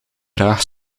graag